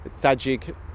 Tajik